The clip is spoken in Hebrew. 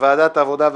ועדת העבודה,